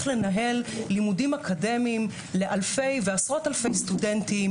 לנהל לימודים אקדמיים לעשרות אלפי סטודנטים,